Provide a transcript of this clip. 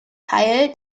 teil